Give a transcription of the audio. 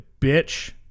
bitch